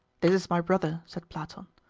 this is my brother, said platon.